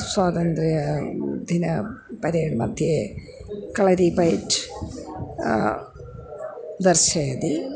स्वातन्त्रदिन parade मध्ये Kalaripayattu दर्शयति